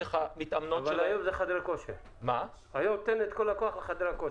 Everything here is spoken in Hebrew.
איך המתאמנות שלהן --- אבל היום אני נותן את כל הכוח לחדרי הכושר.